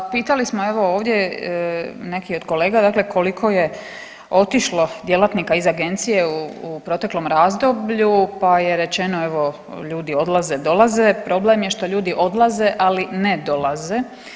Pitali smo evo ovdje neke od kolega dakle koliko je otišlo djelatnika iz agencije u proteklom razdoblju pa je rečeno evo ljudi odlaze-dolaze, problem je što ljudi odlaze, a li ne dolaze.